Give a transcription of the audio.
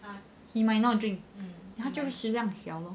he might not drink then 他就是食量少 lor